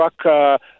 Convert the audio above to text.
truck